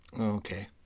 Okay